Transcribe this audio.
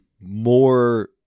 more